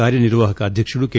కార్యనిర్వాహక అధ్యకుడు కె